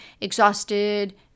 exhausted